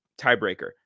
tiebreaker